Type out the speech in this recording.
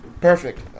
perfect –